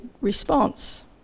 response